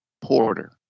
porter